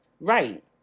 Right